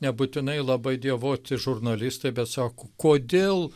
nebūtinai labai dievoti žurnalistai bet sako kodėl